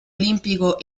olimpico